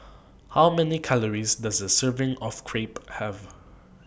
How Many Calories Does A Serving of Crepe Have